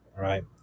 right